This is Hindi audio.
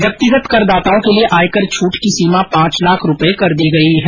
व्यक्तिगत करदाताओं के लिए आयकर छूट की सीमा पांच लाख रूपये कर दी गई है